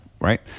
Right